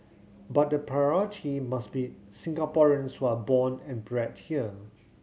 but the priority must be Singaporeans who are born and bred here